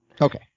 Okay